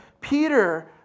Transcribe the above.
Peter